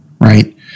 right